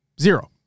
Zero